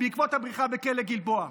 בעקבות הבריחה בכלא גלבוע.